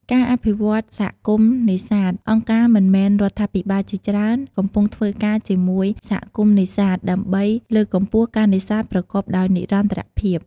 ការអភិវឌ្ឍន៍សហគមន៍នេសាទ អង្គការមិនមែនរដ្ឋាភិបាលជាច្រើនកំពុងធ្វើការជាមួយសហគមន៍នេសាទ ដើម្បីលើកកម្ពស់ការនេសាទប្រកបដោយនិរន្តរភាព។